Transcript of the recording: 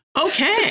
Okay